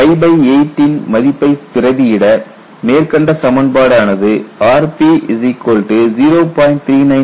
8இன் மதிப்பை பிரதி இட மேற்கண்ட சமன்பாடு ஆனது rp0